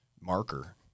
marker